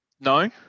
No